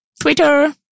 Twitter